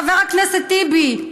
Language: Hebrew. חבר הכנסת טיבי,